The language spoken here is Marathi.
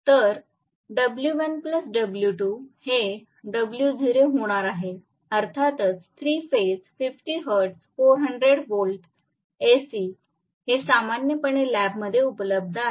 तर W1 W2 हे W0 होणार आहे अर्थातच 3 फेज 50 हर्ट्ज 400 व्होल्ट AC जे सामान्यपणे लॅबमध्ये उपलब्ध आहे